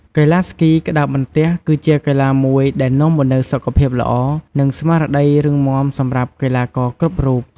កីឡាស្គីក្ដារបន្ទះ គឺជាកីឡាមួយដែលនាំមកនូវសុខភាពល្អ និង ស្មារតីរឹងមាំសម្រាប់កីឡាករគ្រប់រូប។